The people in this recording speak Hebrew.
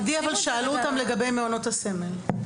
עדי, שאלו אותם לגבי מעונות הסמל.